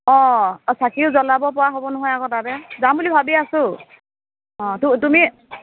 অঁ অ' চাকিও জলাব পৰা হ'ব নহয় আকৌ তাতে যাম বুলি ভাবি আছোঁ অঁ তুমি